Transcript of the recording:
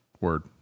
Word